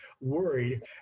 worried